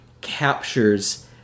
captures